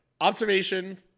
Observation